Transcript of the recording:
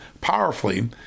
powerfully